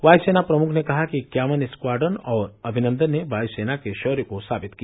वायुसेना प्रमुख ने कहा कि इक्यावन स्कवाड्रन और अभिनंदन ने वायु सेना के शौर्य को साबित किया